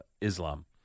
Islam